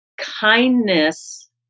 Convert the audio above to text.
Kindness